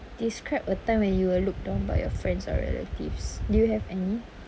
describe a time when you were looked down by your friends or relatives do you have any